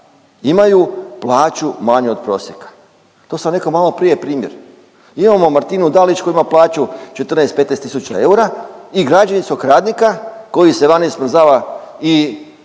imaju plaću manju od prosjeka. To sam rekao maloprije primjer, imamo Martinu Dalić koja ima plaću 14, 15 tisuća eura i građevinskog radnika koji se vani smrzava i